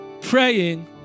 praying